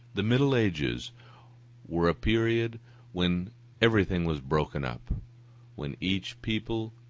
the middle ages were a period when everything was broken up when each people,